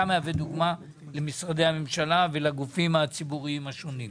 אתה מהווה דוגמה למשרדי הממשלה ולגופים הציבוריים השונים,